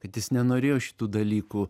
kad jis nenorėjo šitų dalykų